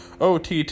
OTT